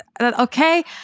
okay